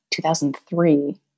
2003